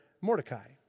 Mordecai